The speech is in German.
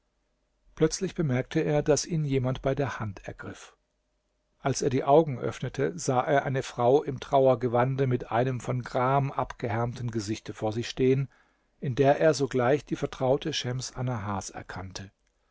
plötzlich bemerkte er daß ihn jemand bei der hand ergriff als er die augen öffnete sah er eine frau im trauergewande mit einem von gram abgehärmten gesichte vor sich stehen in der er sogleich die vertraute schems annahars erkannte